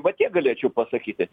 va tiek galėčiau pasakyti